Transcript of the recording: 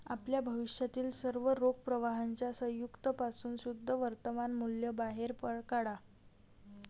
आपल्या भविष्यातील सर्व रोख प्रवाहांच्या संयुक्त पासून शुद्ध वर्तमान मूल्य बाहेर काढा